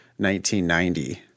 1990